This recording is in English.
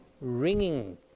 ringing